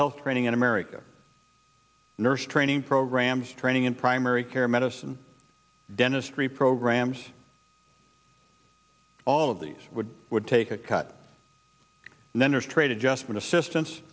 health training in america nurse training programs training in primary care medicine dentistry programs all of these would would take a cut and then there's trade adjustment assistance